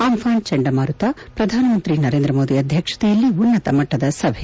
Amphan ಚಂಡಮಾರುತ ಪ್ರಧಾನಮಂತ್ರಿ ನರೇಂದ್ರಮೋದಿ ಅಧ್ಯಕ್ಷತೆಯಲ್ಲಿ ಉನ್ನತಮಟ್ಷದ ಸಭೆ